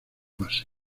base